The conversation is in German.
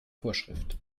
vorschrift